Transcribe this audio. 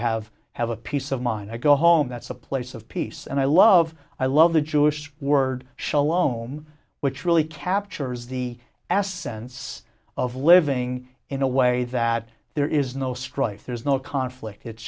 have have a peace of mind i go home that's a place of peace and i love i love the jewish word shalom which really captures the essence of living in a way that there is no strife there's no conflict it's